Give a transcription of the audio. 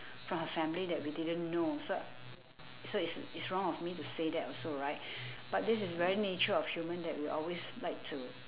from her family that we didn't know so so it's it's wrong of me to say that also right but this is very nature of human that we always like to